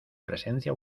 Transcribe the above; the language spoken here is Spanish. presencia